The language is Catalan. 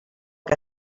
que